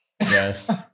yes